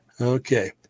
Okay